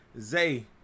Zay